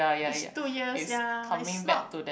is two years ya is not